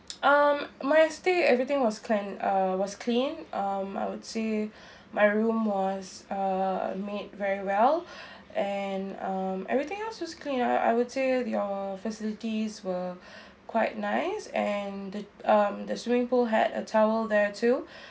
um my stay everything was clean uh was clean um I would say my room was uh made very well and um everything else was clean I I would say your facilities were quite nice and the um the swimming pool had a towel there too